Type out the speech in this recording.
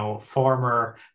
former